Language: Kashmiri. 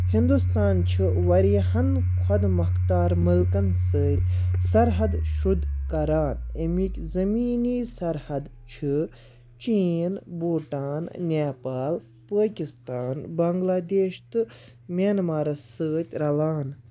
ہِندُستان چھُ واریاہَن خۄد مۄختار مٕلکَن سۭتۍ سرحد شُد كران اَمِكۍ زٔمیٖنی سرحد چھِ چیٖن بھوٗٹان نیپال پٲکستان بنٛگلہ دیش تہٕ مینمارَس سۭتۍ رَلان